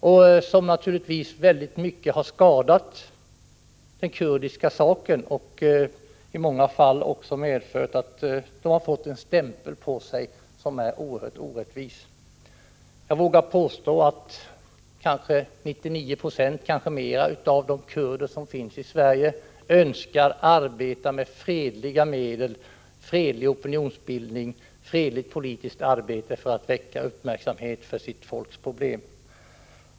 Det har naturligtvis skadat den kurdiska saken väldigt mycket och i många fall medfört att kurderna fått en stämpel på sig som är oerhört orättvis. Jag vågar påstå att 99 70 — kanske fler än så — av de kurder som finns i Sverige önskar arbeta med fredliga medel, fredlig opinionsbildning, fredligt politiskt arbete för att väcka uppmärksamhet för sitt folks problem.